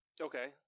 okay